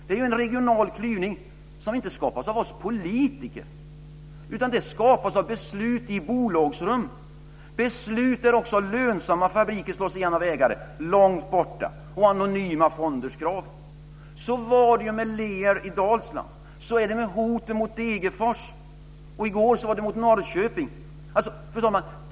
Det finns en regional klyvning som inte skapats av oss politiker, utan den har skapats av beslut i bolagsrum, beslut där också lönsamma fabriker slås igen av ägare långt borta och av anonyma fonders krav. Så var det med Lear i Dalsland. Så är det med hoten mot Degerfors, och i går var det mot Norrköping. Fru talman!